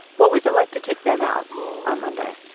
what was it like to take them out on monday?